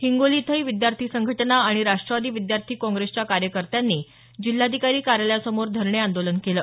हिंगोली इथंही विद्यार्थी संघटना आणि राष्ट्रवादी विद्यार्थी काँग्रेसच्या कार्यकर्त्यांनी जिल्हाधिकारी कार्यालयासमोर धरणे आंदोलन केलं